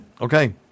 Okay